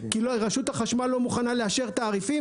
כי רשות החשמל לא מוכנה לאפשר תעריפים